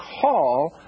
call